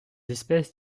espèces